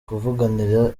kuvuganira